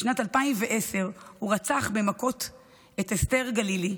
בשנת 2010 הוא רצח במכות את אסתר גלילי,